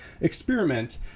experiment